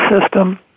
system